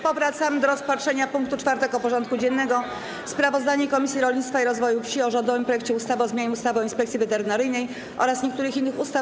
Powracamy do rozpatrzenia punktu 4. porządku dziennego: Sprawozdanie Komisji Rolnictwa i Rozwoju Wsi o rządowym projekcie ustawy o zmianie ustawy o Inspekcji Weterynaryjnej oraz niektórych innych ustaw.